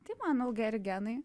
tai manau geri genai